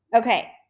okay